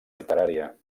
literària